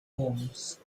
homes